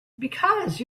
because